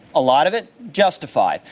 a lot of it justified.